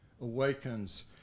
awakens